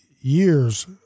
years